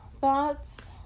thoughts